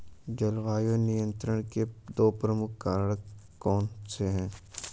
जलवायु नियंत्रण के दो प्रमुख कारक कौन से हैं?